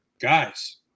Guys